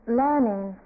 learning